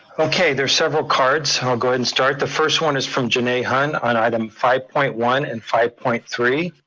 okay, there's several cards, i'll go and start. the first one is from jene hun on item five point one and five point three.